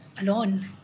alone